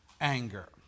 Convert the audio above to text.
anger